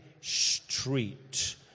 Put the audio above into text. street